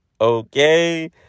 Okay